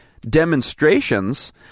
demonstrations